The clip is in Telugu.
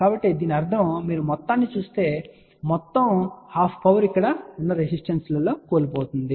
కాబట్టి దీని అర్థం మీరు మొత్తాన్ని చూస్తే మొత్తం ½ పవర్ ఇక్కడ ఉన్న రెసిస్టెన్స్ లలో కోల్పోతుంది